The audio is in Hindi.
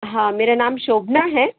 हाँ मेरा नाम शोभना है